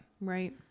Right